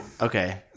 Okay